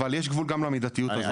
אבל יש גבול גם למידתיות הזאת.